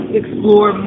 explore